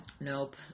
Nope